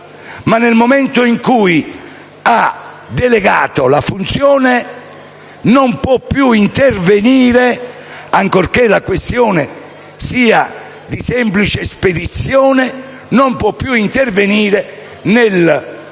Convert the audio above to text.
ma, nel momento in cui ha delegato la funzione, non può più intervenire, ancorché la questione sia di semplice espedizione, nel